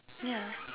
yeah